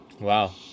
Wow